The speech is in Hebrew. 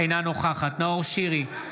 אינה נוכחת נאור שירי,